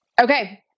Okay